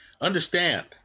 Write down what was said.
Understand